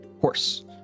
Horse